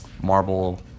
marble